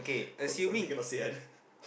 this kind of thing cannot say one